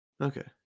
Okay